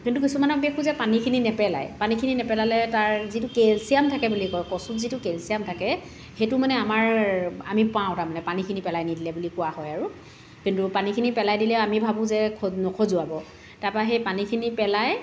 কিন্তু কিছুমানক দেখো যে পানীখিনি নেপেলায় পানীখিনি নেপেলালে তাৰ যিটো কেলছিয়াম থাকে বুলি কয় কচুত যিটো কেলছিয়াম থাকে সেইটো মানে আমাৰ আমি পাওঁ তাৰমানে পানীখিনি পেলাই নিদিলে বুলি পোৱা হয় আৰু কিন্তু পানীখিনি পেলাই দিলে আমি ভাবো যে নখজুৱাব তাৰপৰা সেই পানীখিনি পেলাই